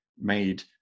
made